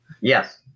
Yes